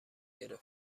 گرفت